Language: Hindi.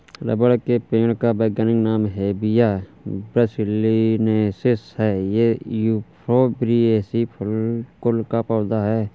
रबर के पेड़ का वैज्ञानिक नाम हेविया ब्रासिलिनेसिस है ये युफोर्बिएसी कुल का पौधा है